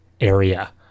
area